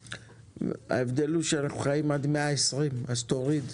אנחנו חיים עד 120 אז תוריד.